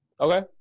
Okay